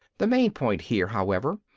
the main point here, however,